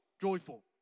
joyful